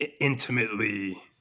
intimately